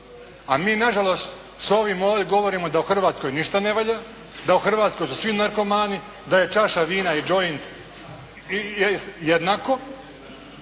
A mi nažalost s ovim ovdje govorimo da u Hrvatskoj ništa ne valja, da u Hrvatskoj su svi narkomani, da je čaša vina i joint jednako.